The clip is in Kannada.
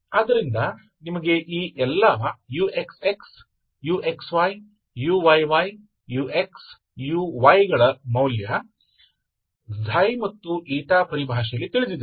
ಆದ್ದರಿಂದ ನಿಮಗೆ ಈ ಎಲ್ಲಾuxxuxyuyyuxuy ಗಳ ಮೌಲ್ಯ ಮತ್ತು ಪರಿಭಾಷೆಯಲ್ಲಿ ತಿಳಿದಿದೆ